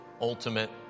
ultimate